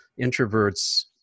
introverts